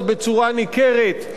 ניכרת מאוד אפילו,